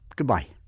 goodbye